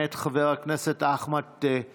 מאת חבר הכנסת אחמד טיבי,